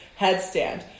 headstand